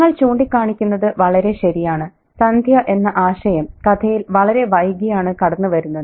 നിങ്ങൾ ചൂണ്ടിക്കാണിക്കുന്നത് വളരെ ശരിയാണ് സന്ധ്യ എന്ന ആശയം കഥയിൽ വളരെ വൈകിയാണ് കടന്നുവരുന്നത്